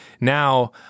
Now